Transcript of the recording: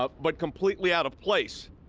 ah but completely out of place.